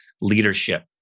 leadership